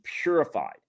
purified